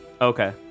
Okay